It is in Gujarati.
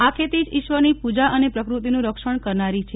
આ ખેતી જ ઇશ્વરની પૂજા અને પ્રકૃતિનું રક્ષણ કરનારી છે